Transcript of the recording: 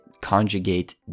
conjugate